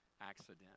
accident